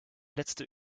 letzte